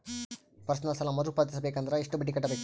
Personal ಸಾಲ ಮರು ಪಾವತಿಸಬೇಕಂದರ ಎಷ್ಟ ಬಡ್ಡಿ ಕಟ್ಟಬೇಕು?